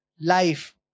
life